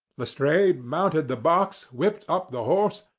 lestrade mounted the box, whipped up the horse,